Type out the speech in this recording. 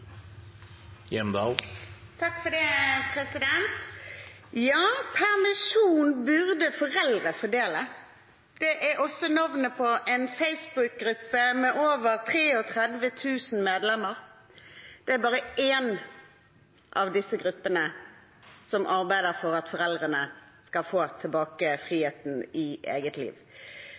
også navnet på en Facebook-gruppe med over 33 000 medlemmer. Dette er bare en av gruppene som arbeider for at foreldrene skal få tilbake friheten i eget liv.